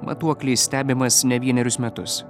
matuokliais stebimas ne vienerius metus